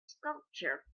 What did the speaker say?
sculpture